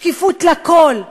שקיפות לכול,